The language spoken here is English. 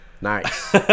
Nice